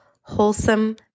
wholesome